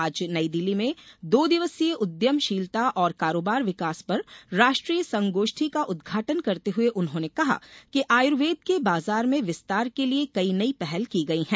आज नईदिल्ली में दो दिवसीय उद्यमशीलता और कारोबार विकास पर राष्ट्रीय संगोष्ठी का उद्घाटन करते हुए उन्होंने कहा कि आयुर्वेद के बाजार में विस्तार के लिए कई नई पहल की गयी है